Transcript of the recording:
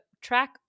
track